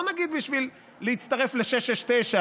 לא נגיד בשביל להצטרף ל-669,